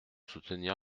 soutenir